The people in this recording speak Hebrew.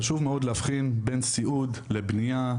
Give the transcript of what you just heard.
חשוב מאוד להבחין בין סיעוד לבנייה,